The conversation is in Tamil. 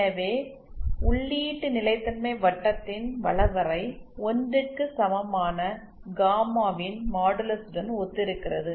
எனவே உள்ளீட்டு நிலைத்தன்மை வட்டத்தின் வளைவரை 1 க்கு சமமான காமாவின் மாடுலஸுடன் ஒத்திருக்கிறது